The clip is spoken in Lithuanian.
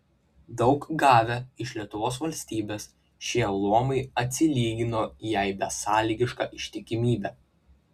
daug gavę iš lietuvos valstybės šie luomai atsilygino jai besąlygiška ištikimybe